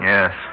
yes